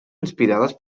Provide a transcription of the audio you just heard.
inspirades